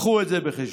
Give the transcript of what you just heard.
הביאו את זה בחשבון.